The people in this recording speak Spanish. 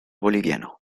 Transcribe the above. boliviano